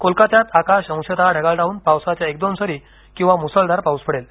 कोलकात्यात आकाश अंशतः ढगाळ राहून पावसाच्या एक दोन सरी किंवा मुसळधार पाऊस पडेल